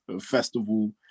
festival